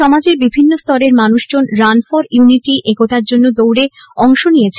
সমাজের বিভিন্ন স্তরের মানুষজন রান ফর ইউনিটি একতার জন্য দৌড়ে অংশ নিয়েছেন